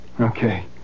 Okay